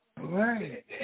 Right